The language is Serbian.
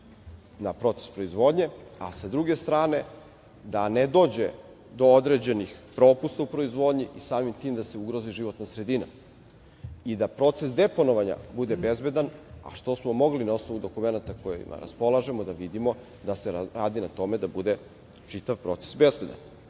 na proces proizvodnje, a sa druge strane da ne dođe do određenih propusta u proizvodnji, samim tim da se ugrozi životna sredina i da proces deponovanja bude bezbedan, a što smo mogli na osnovu dokumenata kojima raspolažemo da vidimo da se radi na tome da bude čitav proces bezbedan. Cela